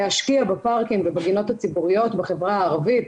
להשקיע בפארקים ובגינות הציבוריות בחברה הערבית,